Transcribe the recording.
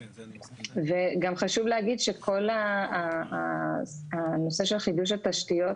גם חשוב להגיד שכל הנושא של חידוש התשתיות